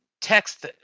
text